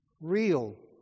Real